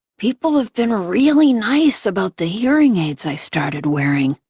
people have been really nice about the hearing aids i started wearing.